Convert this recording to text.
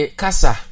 kasa